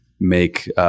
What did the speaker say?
make –